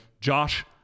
josh